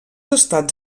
estats